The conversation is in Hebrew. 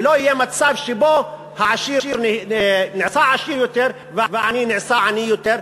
ולא יהיה מצב שבו העשיר נעשה עשיר יותר והעני נעשה עני יותר,